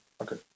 okay